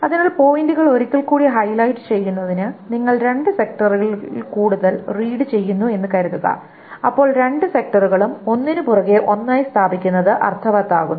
അതിനാൽ പോയിന്റുകൾ ഒരിക്കൽ കൂടി ഹൈലൈറ്റ് ചെയ്യുന്നതിന് നിങ്ങൾ രണ്ട് സെക്ടറുകളിൽ കൂടുതൽ റീഡ് ചെയ്യുന്നു എന്ന് കരുതുക അപ്പോൾ രണ്ട് സെക്ടറുകളും ഒന്നിനുപുറകെ ഒന്നായി സ്ഥാപിക്കുന്നത് അർത്തവത്താകുന്നു